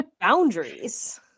boundaries